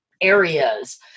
areas